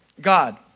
God